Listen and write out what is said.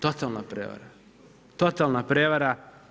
Totalna prevara, totalna prevara.